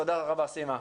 תודה רבה סימה,